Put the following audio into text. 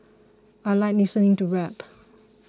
I like listening to rap